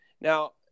Now